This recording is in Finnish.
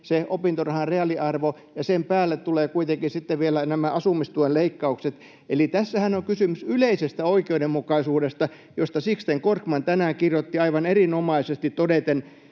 se opintorahan reaaliarvo, ja sen päälle tulevat kuitenkin sitten vielä nämä asumistuen leikkaukset. Eli tässähän on kysymys yleisestä oikeudenmukaisuudesta, josta Sixten Korkman tänään kirjoitti aivan erinomaisesti todeten: